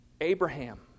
Abraham